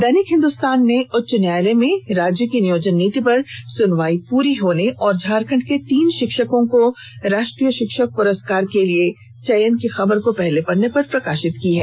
दैनिक हिंदुस्तान ने उच्च न्यायालय में राज्य की नियोजन नीति पर सुनवाई पूरी होने और झारखंड के तीन शिक्षकों का राष्ट्रीय शिक्षक पुरस्कार के लिए चयन की खबर को पहले पन्ने पर प्रकाशित किया है